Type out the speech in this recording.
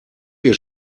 wir